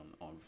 on